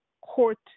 court